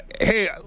Hey